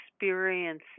experience